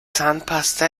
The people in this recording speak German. zahnpasta